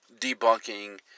debunking